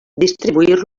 distribuir